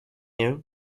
you